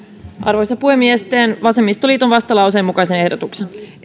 arvoisa puhemies teen vasemmistoliiton vastalauseen mukaisen ehdotuksen